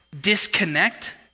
disconnect